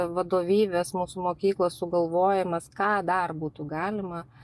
vadovybės mūsų mokyklos sugalvojimas ką dar būtų galima